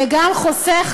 וגם חוסך,